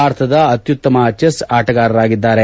ಭಾರತದ ಅತ್ಯುತ್ತಮ ಜೆಸ್ ಆಟಗಾರರಾಗಿದ್ದಾರೆ